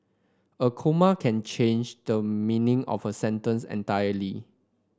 a comma can change the meaning of a sentence entirely